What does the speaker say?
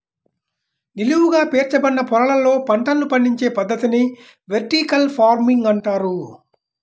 నిలువుగా పేర్చబడిన పొరలలో పంటలను పండించే పద్ధతిని వెర్టికల్ ఫార్మింగ్ అంటారు